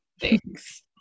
thanks